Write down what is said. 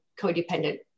codependent